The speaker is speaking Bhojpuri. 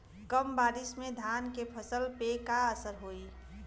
कम बारिश में धान के फसल पे का असर होई?